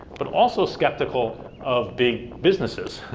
but also skeptical of big businesses.